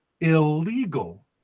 illegal